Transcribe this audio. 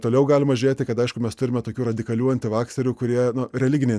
toliau galima žiūrėti kad aišku mes turime tokių radikalių antivakserių kurie religiniai